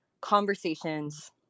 conversations